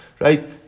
Right